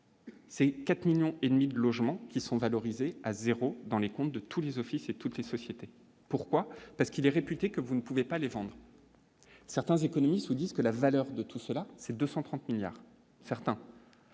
C'est 4 millions et demi de logements qui sont valorisés à 0 dans les comptes de tous les offices et toutes les sociétés, pourquoi, parce qu'il est réputé, que vous ne pouvez pas les vendre certains économistes disent que la valeur de tout cela, c'est 230 milliards certains,